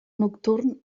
nocturn